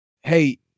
hey